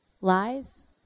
lies